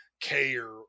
care